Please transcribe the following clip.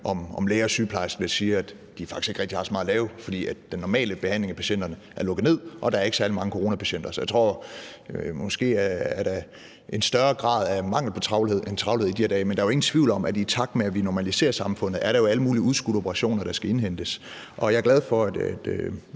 om læger og sygeplejersker, der siger, at de faktisk ikke rigtig har så meget at lave, fordi den normale behandling af patienterne er lukket ned, og at der ikke er særlig mange coronapatienter. Så jeg tror måske, at der er en større grad af mangel på travlhed end travlhed i de her dage, men der er jo ingen tvivl om, at i takt med at vi normaliserer samfundet, vil der være alle mulige udskudte operationer, der skal indhentes. Og jeg er glad for, at